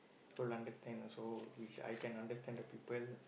who understand also which I can understand the people